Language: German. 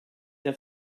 der